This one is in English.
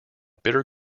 bitter